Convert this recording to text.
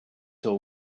till